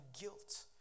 guilt